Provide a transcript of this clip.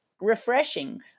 refreshing